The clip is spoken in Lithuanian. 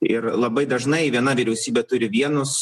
ir labai dažnai viena vyriausybė turi vienus